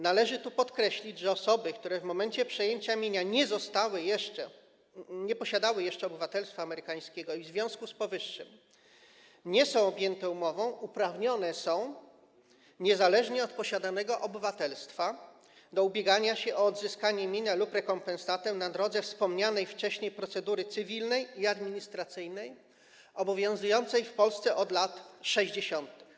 Należy tu podkreślić, że osoby, które w momencie przejęcia mienia nie posiadały jeszcze obywatelstwa amerykańskiego i w związku z powyższym nie są objęte umową, niezależnie od posiadanego obywatelstwa uprawnione są do ubiegania się o odzyskanie mienia lub rekompensatę na drodze wspomnianej wcześniej procedury cywilnej i administracyjnej, obowiązującej w Polsce od lat 60.